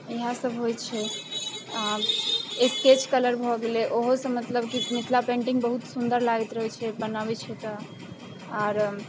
इएहसब होइ छै स्केच कलर भऽ गेलै ओहोसँ मतलब कि मिथिला पेन्टिङ्ग बहुत सुन्दर लागैत रहै छै बनाबै छै तऽ आओर